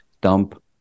dump